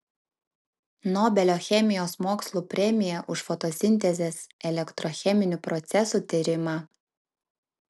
nobelio chemijos mokslų premija už fotosintezės elektrocheminių procesų tyrimą